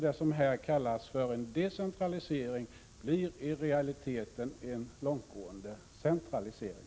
Det som här kallas för en decentralisering blir alltså i realiteten en långtgående centralisering.